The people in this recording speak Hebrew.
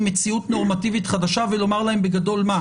מציאות נורמטיבית חדשה ולומר להם בגדול מה,